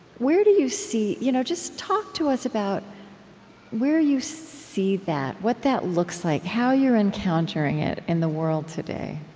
where do you see you know just talk to us about where you see that what that looks like how you're encountering it in the world today.